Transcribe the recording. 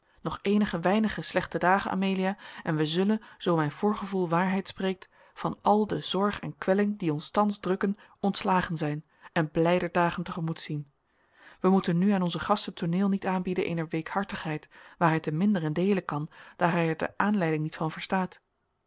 nog eenige weinige slechte dagen amelia en wij zullen zoo mijn voorgevoel waarheid spreekt van al de zorg en kwelling die ons thans drukken ontslagen zijn en blijder dagen te gemoet zien wij moeten nu aan onzen gast het tooneel niet aanbieden eener weekhartigheid waar hij te minder in deelen kan daar hij er de aanleiding niet van verstaat